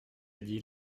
dit